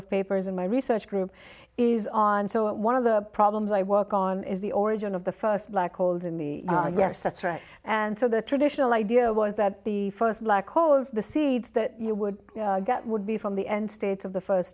of papers in my research group is on so one of the problems i work on is the origin of the first black holes in the yes that's right and so the traditional idea was that the first black holes the seeds that you would get would be from the end state of the first